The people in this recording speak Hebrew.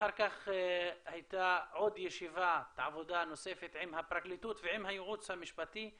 ואחר כך הייתה עוד ישיבת עבודה נוספת עם הפרקליטות ועם הייעוץ המשפטי,